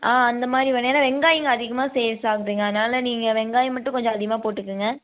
ஆ அந்த மாதிரி வேணும் ஏன்னா வெங்காயம் இங்கே அதிகமாக சேல்ஸ் ஆகுதுங்க அதனால் நீங்கள் வெங்காயம் மட்டும் கொஞ்சம் அதிகமாக போட்டுக்கங்க